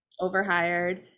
overhired